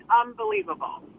unbelievable